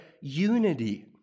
unity